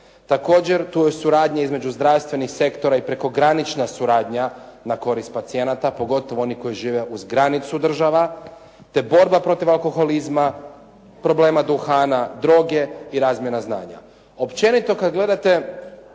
Također, tu je suradnja između zdravstvenih sektora i prekogranična suradnja na korist pacijenata pogotovo onih koji žive uz granicu država, te borba protiv alkoholizma, problema duhana, droge i razmjena znanja. Općenito kad gledate